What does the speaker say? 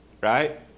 right